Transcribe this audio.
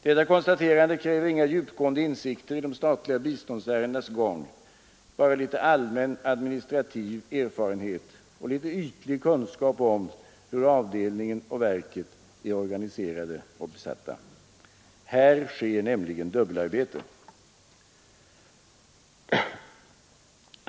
Detta konstaterande kräver inga djupgående insikter i de statliga biståndsärendenas gång, bara litet allmän administrativ erfarenhet och litet ytlig kunskap om hur avdelningen och verket är organiserade och besatta. Här sker nämligen dubbelarbete!